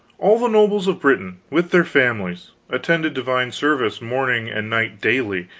all the nobles of britain, with their families, attended divine service morning and night daily,